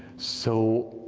so